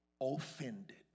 offended